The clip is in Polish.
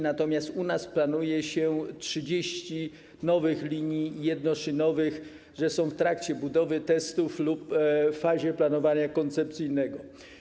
Natomiast u nas planuje się 30 nowych linii jednoszynowych, które są w trakcie budowy, testów lub w fazie planowania koncepcyjnego.